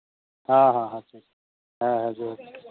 ᱦᱮᱸ ᱦᱮᱸ ᱴᱷᱤᱠ ᱦᱮᱸ ᱦᱮᱸ ᱡᱚᱦᱟᱨ